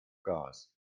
gas